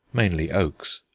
mainly oaks.